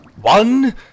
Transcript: One